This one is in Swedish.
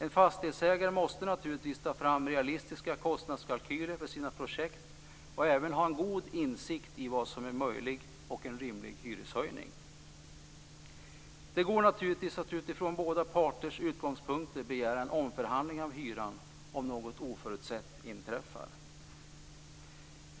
En fastighetsägare måste naturligtvis ta fram realistiska kostnadskalkyler för sina projekt och även ha god insikt i vad som är en möjlig och rimlig hyreshöjning. Det går naturligtvis att utifrån båda parters utgångspunkter begära en omförhandling av hyran om något oförutsett inträffar.